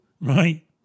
right